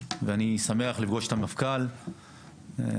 ואני שמח לפגוש את המפכ"ל בוועדה.